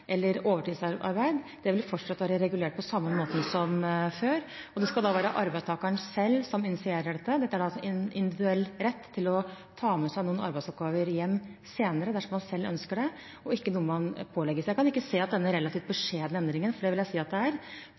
være arbeidstakeren selv som initierer dette. Dette er altså en individuell rett til å ta med seg noen arbeidsoppgaver hjem dersom man selv ønsker det, og ikke noe man pålegges. Jeg kan ikke se at denne relativt beskjedne endringen, som jeg vil si at det er,